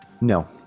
no